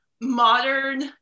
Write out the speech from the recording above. modern